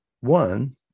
one